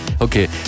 Okay